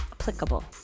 Applicable